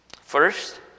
First